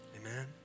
Amen